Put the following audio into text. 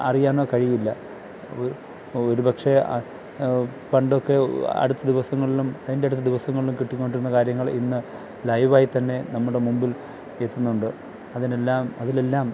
അറിയാനോ കഴിയില്ല ഒരു പക്ഷെ പണ്ടൊക്കെ അടുത്ത ദിവസങ്ങളിലും അതിൻറ്റടുത്ത ദിവസങ്ങളിലും കിട്ടിക്കൊണ്ടിരുന്ന കാര്യങ്ങള് ഇന്നു ലൈവായി തന്നെ നമ്മുടെ മുൻപില് എത്തുന്നുണ്ട് അതിനെല്ലാം അതിലെല്ലാം